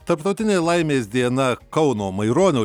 tarptautinė laimės diena kauno maironio